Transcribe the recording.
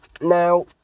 now